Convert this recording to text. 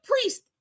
priest